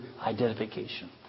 identification